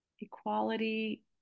equality